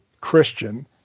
Christian